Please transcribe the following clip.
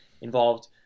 involved